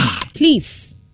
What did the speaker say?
please